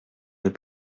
nœud